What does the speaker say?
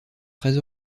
très